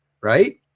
right